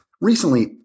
Recently